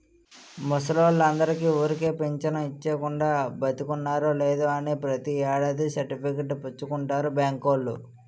ముసలోల్లందరికీ ఊరికే పెంచను ఇచ్చీకుండా, బతికున్నారో లేదో అని ప్రతి ఏడాది సర్టిఫికేట్ పుచ్చుకుంటారు బాంకోల్లు